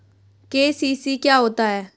KCC क्या होता है?